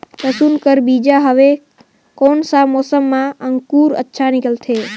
लसुन कर बीजा हवे कोन सा मौसम मां अंकुर अच्छा निकलथे?